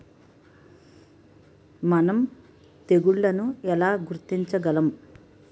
మనం తెగుళ్లను ఎలా గుర్తించగలం?